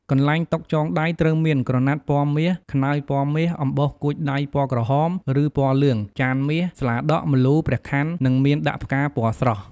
កន្លែងតុចងដៃត្រូវមាន ក្រណាត់ពណ៌មាស ខ្នើយពណ៌មាស អំបោះកួចដៃពណ៌ក្រហម ឬពណ៌លឿង ចានមាស ស្លាដក ម្លូ ព្រះខ័ន្ត និងមានដាក់ផ្កាពណ៌ស្រស់។